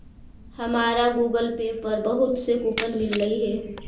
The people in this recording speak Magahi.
हमारा गूगल पे पर बहुत से कूपन मिललई हे